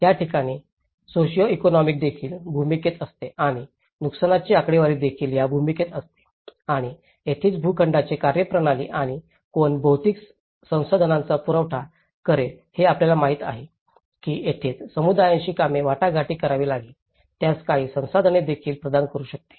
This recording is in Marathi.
या ठिकाणी सॉसिओ इकॉनॉमिक देखील भूमिकेत असते आणि नुकसानीची आकडेवारी देखील या भूमिकेत असते आणि येथेच भूखंडांचे कार्यप्रणाली आणि कोण भौतिक संसाधनांचा पुरवठा करेल हे आपल्याला माहित आहे की तेथील समुदायांशी कसे वाटाघाटी करावी लागेल त्यास काही संसाधने देखील प्रदान करू शकते